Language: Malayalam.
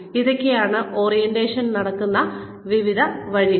ഇതൊക്കെയാണ് ഓറിയന്റേഷൻ നടക്കുന്ന വിവിധ വഴികൾ